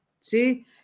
see